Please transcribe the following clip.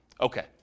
Okay